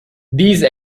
these